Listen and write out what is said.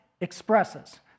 expresses